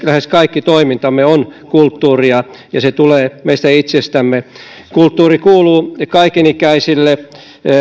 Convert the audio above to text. lähes kaikki toimintamme on kulttuuria ja se tulee meistä itsestämme kulttuuri kuuluu kaiken ikäisille